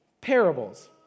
parables